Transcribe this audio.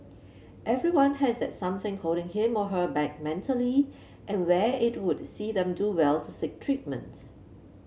everyone has that something holding him or her back mentally and where it would see them do well to seek treatment